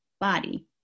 body